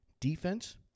defense